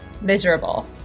miserable